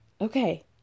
Okay